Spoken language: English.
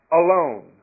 alone